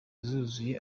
zuzuye